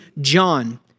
John